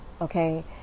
okay